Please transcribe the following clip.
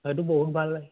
সেইটো বহুত ভাল লাগে